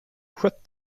skött